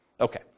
Okay